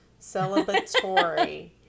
Celebratory